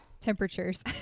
temperatures